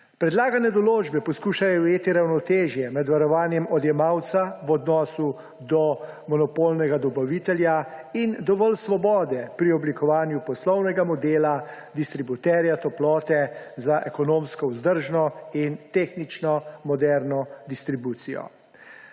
Predlagane določbe poskušajo ujeti ravnotežje med varovanjem odjemalca v odnosu do monopolnega dobavitelja in dovolj svobode pri oblikovanju poslovnega modela distributerja toplote za ekonomsko vzdržno in tehnično moderno distribucijo.